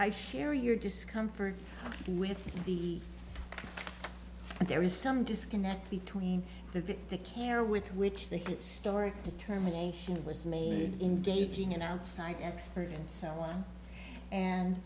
share your discomfort with the there is some disconnect between the the care with which the story determination was made in dating an outside expert and so on and